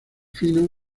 fino